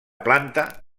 planta